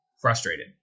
frustrated